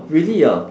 really ah